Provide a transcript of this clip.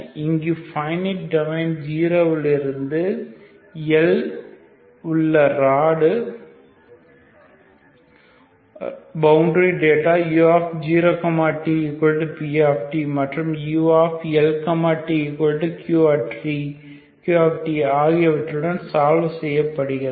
இங்கு finite domain 0 லிருந்து L உள்ள rod boundary data u0 tp மற்றும் uL tq ஆகியவற்றுடன் சால்வ் செய்யப்படுகிறது